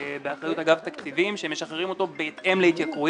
באחריות אגף התקציבים שמשחררים אותו בהתאם להתייקרויות.